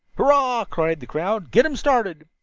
hurrah! cried the crowd. get them started.